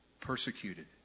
persecuted